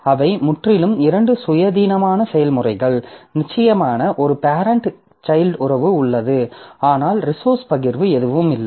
அவை முற்றிலும் இரண்டு சுயாதீனமான செயல்முறைகள் நிச்சயமாக ஒரு பேரெண்ட் சைல்ட் உறவு உள்ளது ஆனால் ரிசோர்ஸ் பகிர்வு எதுவும் இல்லை